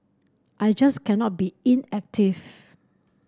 I just cannot be inactive